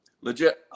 legit